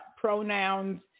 pronouns